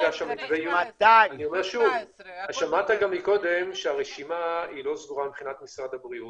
אני אומר שוב אתה שמעת גם קודם שהרשימה לא סגורה מבחינת משרד הבריאות.